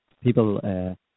people